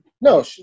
No